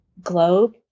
globe